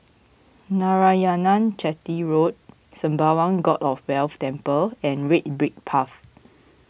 Narayanan Chetty Road Sembawang God of Wealth Temple and Red Brick Path